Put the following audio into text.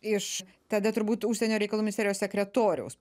iš tada turbūt užsienio reikalų ministerijos sekretoriaus